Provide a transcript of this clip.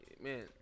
man